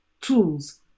tools